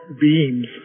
beams